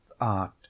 art